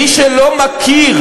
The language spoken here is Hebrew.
מי שלא מכיר